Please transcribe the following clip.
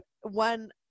one